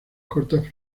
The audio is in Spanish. cortas